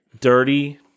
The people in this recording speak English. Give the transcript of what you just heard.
Dirty